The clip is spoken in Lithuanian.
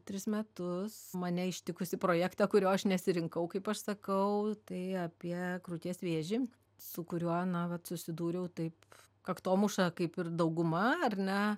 tris metus mane ištikusį projektą kurio aš nesirinkau kaip aš sakau tai apie krūties vėžį su kuriuo na vat susidūriau taip kaktomuša kaip ir dauguma ar ne